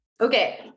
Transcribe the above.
Okay